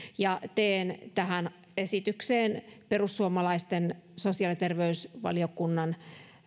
teen tähän esitykseen perussuomalaisten sosiaali ja terveysvaliokunnan